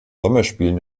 sommerspielen